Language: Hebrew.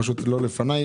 פשוט לא לפניי,